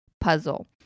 puzzle